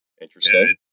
Interesting